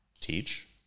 teach